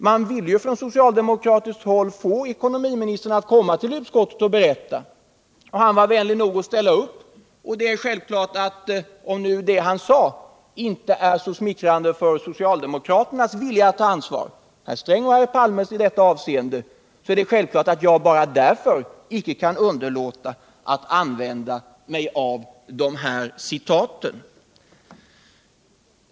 Man ville från socialdemokratiskt håll få ekonomiministern att komma till utskottet och berätta. Han var vänlig nog att ställa upp, och om det han sade inte är så smickrande för socialdemokraternas vilja att ta ansvar — herrar Strängs och Palmes i detta avseende — är det självklart att jag inte bara därför kan underlåta att använda citaten.